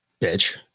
Bitch